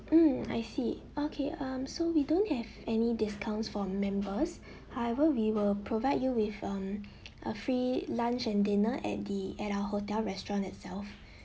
hmm I see okay um so we don't have any discounts for members however we will provide you with um a free lunch and dinner at the at our hotel restaurant itself